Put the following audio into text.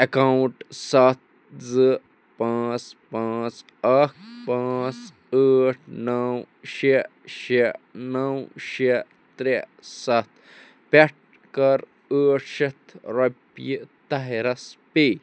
account ستھ زٕ پانژھ پانژھ اکھ پانژھ ٲٹھ نو شےٚ شےٚ نو شےٚ ترےٚ ستھ پیٚٹھ کر ٲٹھ شتھ رۄپیہ طاہِرَس پے